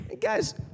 Guys